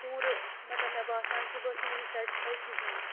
پوٗرٕ مطلب مےٚ باسان کہِ بہٕ ٲسٕس نہٕ وٕنہِ سٮ۪ٹٕسفَے کِہیٖنۍ